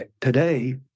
Today